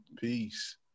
Peace